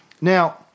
Now